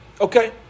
Okay